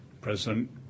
President